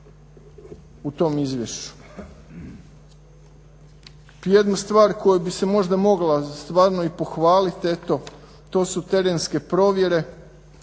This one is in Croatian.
u tom izvješću. Jednu stvar koja bi se možda mogla stvarno i pohvaliti eto, to su terenske provjere.